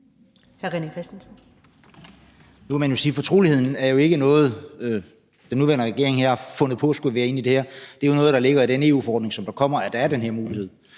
René Christensen (DF): Nu må man jo sige, at fortroligheden ikke er noget, den nuværende regering her har fundet på skulle med ind i det her. Det er jo noget, der ligger i den EU-forordning, som der kommer, at der er den her mulighed.